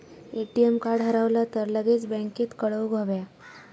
ATM card हरवला तर लगेच बँकेत कळवुक हव्या